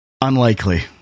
Unlikely